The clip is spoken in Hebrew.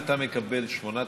אם אתה ואשתך מקבלים 8,000,